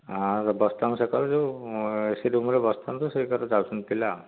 ଆଉ ବସିଥାନ୍ତୁ ସେକଡ଼େ ଯେଉଁ ଏ ସି ରୁମ୍ରେ ବସିଥାନ୍ତୁ ସେକଡ଼େ ଯାଉଛନ୍ତି ପିଲା